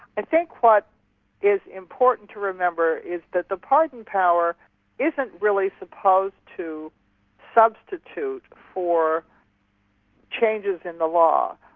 i think what is important to remember is that the pardon power isn't really supposed to substitute for changes in the law.